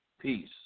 peace